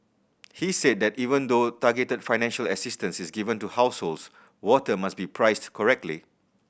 he said that even though targeted financial assistance is given to households water must be priced correctly